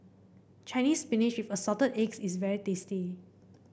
Chinese Spinach with Assorted Eggs is very tasty